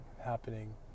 happening